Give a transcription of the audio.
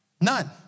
None